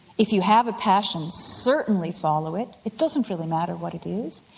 if you have a passion certainly follow it, it doesn't really matter what it is.